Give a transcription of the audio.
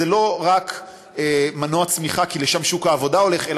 זה לא רק מנוע צמיחה כי לשם שוק העבודה הולך,